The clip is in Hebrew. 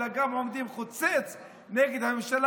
אלא גם עומדים חוצץ נגד הממשלה